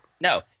No